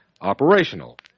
operational